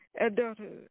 adulthood